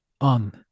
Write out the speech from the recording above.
on